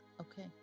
Okay